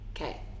Okay